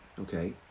okay